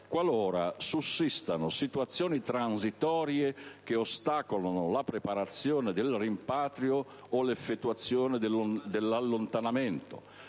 qualora sussistano situazioni transitorie che ostacolano la preparazione del rimpatrio o l'effettuazione dell'allontanamento.